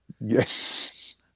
Yes